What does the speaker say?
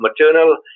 maternal